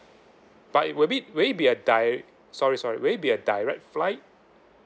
but it will be will it be di~ sorry sorry will it be a direct flight